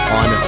on